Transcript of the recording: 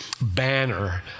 banner